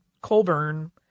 Colburn